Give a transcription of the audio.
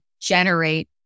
generate